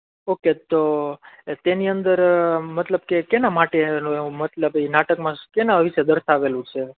okay તો એ તેની અંદર મતલબ કે કોના માટેનું એવું મતલબ એ નાટકમાં શેના વિશે દર્શાવેલું છે